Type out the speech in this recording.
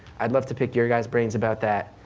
i'd love to pick your guys' brains about that,